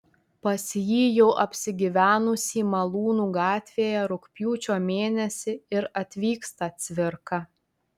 pas jį jau apsigyvenusį malūnų gatvėje rugpjūčio mėnesį ir atvyksta cvirka